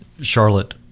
charlotte